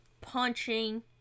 punching